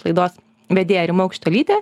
laidos vedėja rima aukštuolytė